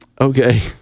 Okay